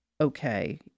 okay